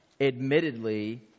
admittedly